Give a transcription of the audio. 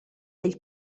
del